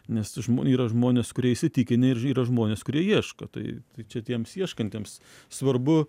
nes yra žmonės kurie įsitikinę ir yra žmonės kurie ieško tai čia tiems ieškantiems svarbu